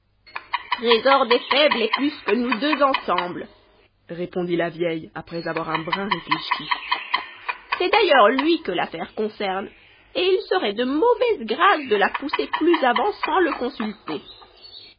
trésor des fèves l'est plus que nous deux ensemble répondit la vieille après avoir un brin réfléchi c'est d'ailleurs lui que l'affairé concerne et il serait de mauvaise grâce de la pousser plus avant sans le consulter